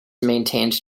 maintained